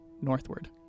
northward